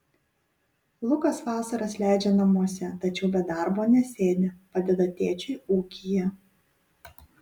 lukas vasaras leidžia namuose tačiau be darbo nesėdi padeda tėčiui ūkyje